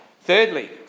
Thirdly